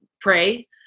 pray